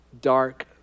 dark